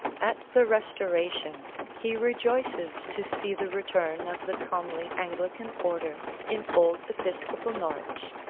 at the restoration he rejoices to see the return of the comely anglican order in old episcopal norwich,